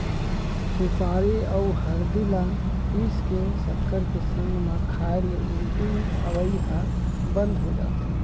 सुपारी अउ हरदी ल पीस के सक्कर के संग म खाए ले उल्टी अवई ह बंद हो जाथे